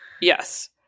Yes